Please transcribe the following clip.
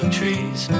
trees